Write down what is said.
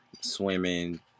swimming